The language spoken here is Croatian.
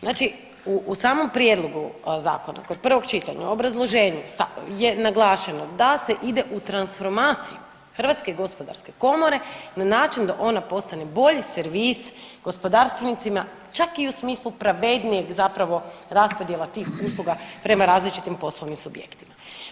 Znači u samom prijedlogu zakona kod prvog čitanja u obrazloženju je naglašeno da se ide u transformaciju Hrvatske gospodarske komore na način da ona postane bolji servis gospodarstvenicima čak i u smislu pravednijeg zapravo raspodjela tih usluga prema različitim poslovnim subjektima.